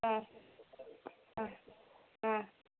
ಹಾಂ ಹಾಂ ಹಾಂ